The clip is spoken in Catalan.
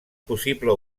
possible